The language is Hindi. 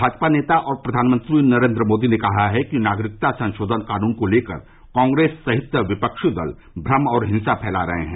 भाजपा नेता और प्रधानमंत्री नरेन्द्र मोदी ने कहा है कि नागरिकता संशोधन कानून को लेकर कांग्रेस सहित विपक्षी दल भ्रम और हिंसा फैला रहे हैं